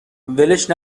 ولش